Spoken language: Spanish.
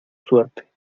suerte